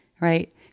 right